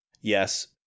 yes